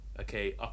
Okay